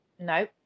No